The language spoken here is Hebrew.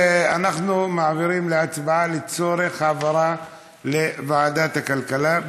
אנחנו מעבירים להצבעה לצורך העברה לוועדת הכלכלה.